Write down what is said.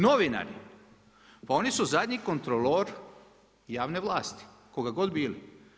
Novinari pa oni su zadnji kontrolor javne vlasti koga god bili.